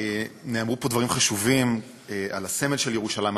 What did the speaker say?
נאמרו פה דברים חשובים על הסמל של ירושלים,